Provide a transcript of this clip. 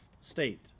state